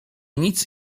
nic